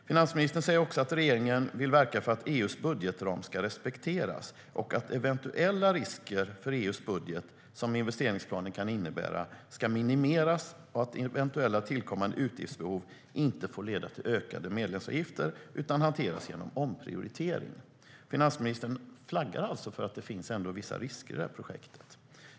Finansministern säger att regeringen vill verka för att EU:s budgetram ska respekteras, att de eventuella risker för EU:s budget som investeringsplanen kan innebära ska minimeras och att eventuella tillkommande utgiftsbehov inte får leda till ökade medlemsavgifter utan ska hanteras genom omprioritering. Finansministern flaggar alltså för att det finns vissa risker i projektet.